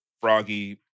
Froggy